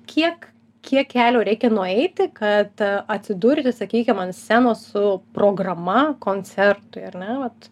kiek kiek kelio reikia nueiti kad atsidurti sakykim ant scenos su programa koncertui ar ne vat